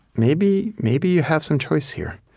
maybe maybe you have some choice here